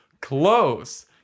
Close